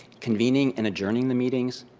convening and adjourning the meetings,